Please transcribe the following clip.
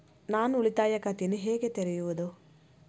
ನಾನು ಉಳಿತಾಯ ಖಾತೆಯನ್ನು ಹೇಗೆ ತೆರೆಯುವುದು?